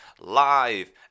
live